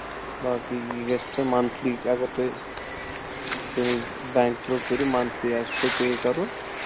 باقٕے یہِ گژھِوُ تۄہہِ مَنتھٕلی اَگر تۄہہِ کُنہِ بٮ۪نٛک تھروٗ کٔرِو مَنتھٕلی آسِوُ تۄہہِ پے کَرُن